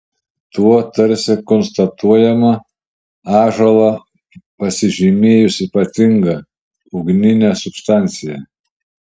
tuo tarsi konstatuojama ąžuolą pasižymėjus ypatinga ugnine substancija